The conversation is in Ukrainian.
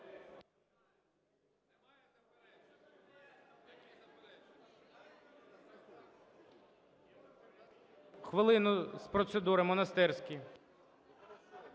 Хвилину з процедури, Монастирський.